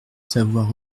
savoir